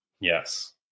Yes